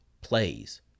plays